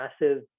massive